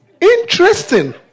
Interesting